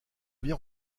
bien